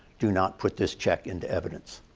do not put this check into evidence.